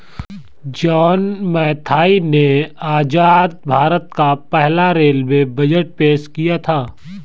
John Mathai ने आजाद भारत का पहला रेलवे बजट पेश किया था